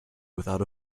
without